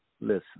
Listen